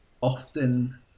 often